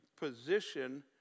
position